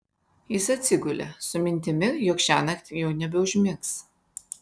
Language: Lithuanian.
jis atsigulė su mintimi jog šiąnakt jau nebeužmigs